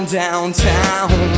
downtown